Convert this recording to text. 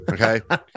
okay